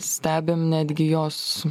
stebim netgi jos